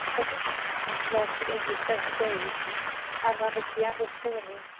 but his repentance lasted only thirty days and, under cleander's tyranny,